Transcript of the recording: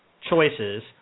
choices